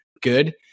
good